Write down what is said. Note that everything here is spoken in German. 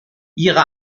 ihre